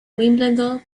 wimbledon